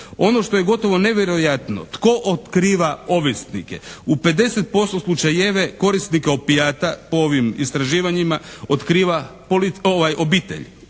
Ono što je gotov nevjerojatno, tko otkriva ovisnike? U 50% slučajeva korisnike opijata po ovim istraživanja otkriva obitelj,